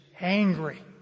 angry